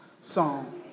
song